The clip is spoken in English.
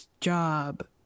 job